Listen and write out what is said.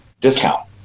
discount